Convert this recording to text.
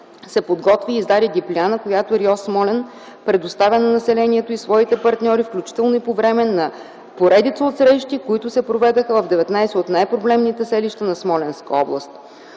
се подготви и издаде дипляна, която РИОС – Смолян предоставя на населението и своите партньори, включително и по време на поредица от срещи, които се проведоха в 19 от най-проблемните селища на Смолянска област.